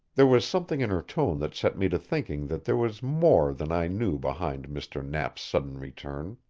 there was something in her tone that set me to thinking that there was more than i knew behind mr. knapp's sudden return.